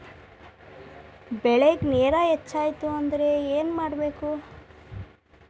ಬೆಳೇಗ್ ನೇರ ಹೆಚ್ಚಾಯ್ತು ಅಂದ್ರೆ ಏನು ಮಾಡಬೇಕು?